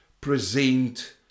present